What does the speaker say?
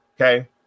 Okay